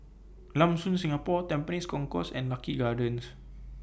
Lam Soon Singapore Tampines Concourse and Lucky Gardens